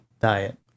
diet